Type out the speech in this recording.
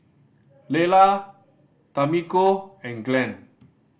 Lela Tamiko and Glen